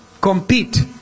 compete